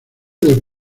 del